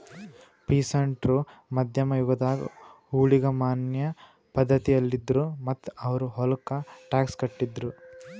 peasant ರು ಮಧ್ಯಮ್ ಯುಗದಾಗ್ ಊಳಿಗಮಾನ್ಯ ಪಧ್ಧತಿಯಲ್ಲಿದ್ರು ಮತ್ತ್ ಅವ್ರ್ ಹೊಲಕ್ಕ ಟ್ಯಾಕ್ಸ್ ಕಟ್ಟಿದ್ರು